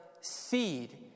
seed